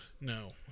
No